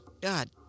God